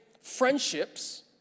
friendships